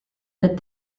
that